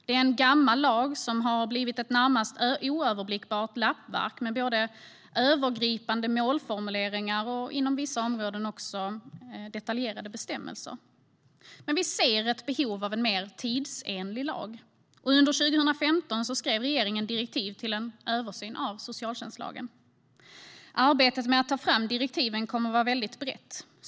Det är en gammal lag som har blivit ett närmast oöverblickbart lappverk med övergripande målformuleringar och inom vissa områden också detaljerade bestämmelser. Vi ser ett behov av en mer tidsenlig lag. Under 2015 skrev regeringen direktiv till en översyn av socialtjänstlagen. Arbetet med att ta fram direktiven kommer att vara väldigt brett.